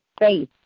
faith